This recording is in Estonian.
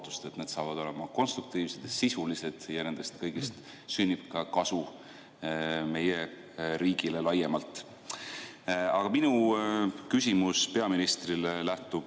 Aga minu küsimus peaministrile lähtub